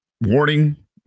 warning